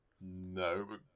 No